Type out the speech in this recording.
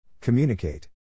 Communicate